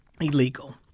illegal